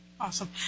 Awesome